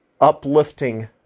uplifting